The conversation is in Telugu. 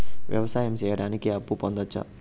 వ్యవసాయం సేయడానికి అప్పు పొందొచ్చా?